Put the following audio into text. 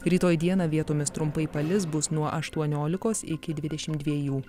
rytoj dieną vietomis trumpai palis bus nuo aštuoniolikos iki dvidešim dviejų